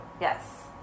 yes